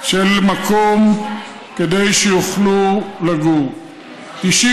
של מקום כדי שיוכלו לגור בו.